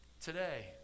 today